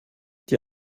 die